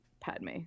Padme